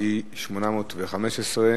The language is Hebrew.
מס' 815,